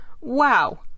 Wow